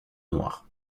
noir